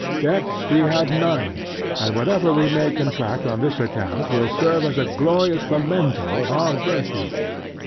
debts we have none and whatever we may contract on this account will serve as a glorious memento of our virtue.